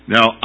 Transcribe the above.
Now